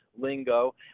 lingo